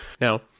Now